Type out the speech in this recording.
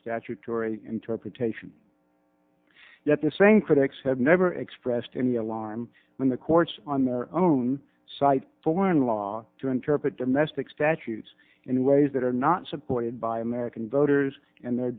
statutory interpretation yet the same critics have never expressed any alarm when the courts on their own cite foreign law to interpret domestic statutes in ways that are not supported by american voters and their